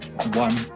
One